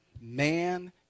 Man